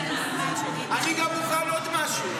אני גם מוכן עוד משהו,